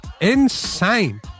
insane